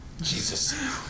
Jesus